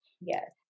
yes